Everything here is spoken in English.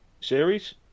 series